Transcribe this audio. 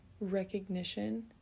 recognition